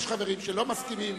יש חברים שלא מסכימים,